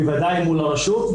בוודאי מול הרשות,